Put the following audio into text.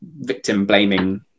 victim-blaming